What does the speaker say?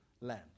land